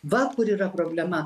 vat kur yra problema